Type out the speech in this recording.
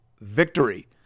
victory